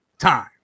time